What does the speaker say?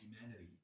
humanity